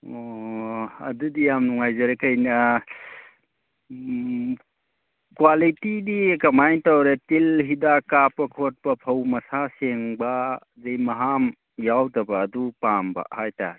ꯑꯣ ꯑꯗꯨꯗꯤ ꯌꯥꯝ ꯅꯨꯡꯉꯥꯏꯖꯔꯦ ꯎꯝ ꯀ꯭ꯋꯥꯂꯤꯇꯤꯗꯤ ꯀꯃꯥꯏꯅ ꯇꯧꯔꯦ ꯇꯤꯜ ꯍꯤꯗꯥꯛ ꯀꯥꯞꯄ ꯈꯣꯠꯄ ꯐꯧ ꯃꯁꯥ ꯁꯦꯡꯕ ꯑꯗꯒꯤ ꯃꯍꯥꯝ ꯌꯥꯎꯗꯕ ꯑꯗꯨ ꯄꯥꯝꯕ ꯍꯥꯏꯇꯔꯦ